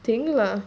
thing lah